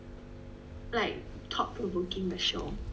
like thought provoking the show